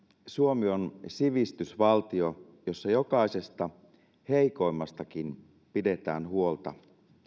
suomi on sivistysvaltio jossa jokaisesta heikoimmastakin pidetään huolta